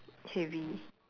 heavy